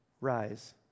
Rise